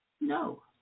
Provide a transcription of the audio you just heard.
No